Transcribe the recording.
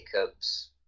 hiccups